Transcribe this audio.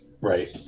Right